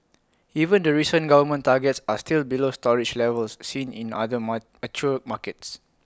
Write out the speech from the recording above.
even the recent government targets are still below storage levels seen in other mar mature markets